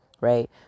right